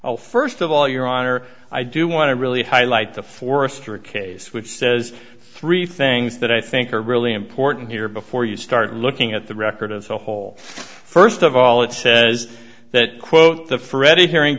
well first of all your honor i do want to really highlight the forester a case which says three things that i think are really important here before you start looking at the record as a whole first of all it says that quote the freddie hearing